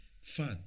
Fun